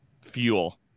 fuel